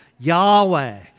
Yahweh